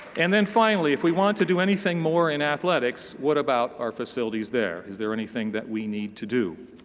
and then finally, if we want to do anything more in athletics, what about our facilities there? is there anything that we need to do?